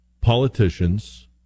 politicians